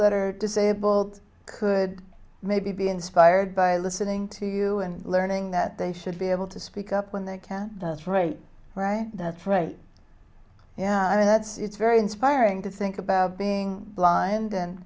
that are disabled could maybe be inspired by listening to you and learning that they should be able to speak up when they can't that's right right that's right yeah that's it's very inspiring to think about being blind and